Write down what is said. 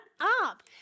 up